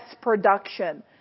production